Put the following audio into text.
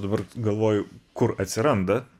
dabar galvoju kur atsiranda